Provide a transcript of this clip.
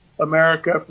America